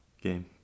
game